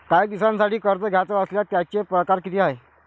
कायी दिसांसाठी कर्ज घ्याचं असल्यास त्यायचे परकार किती हाय?